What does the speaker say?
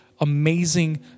amazing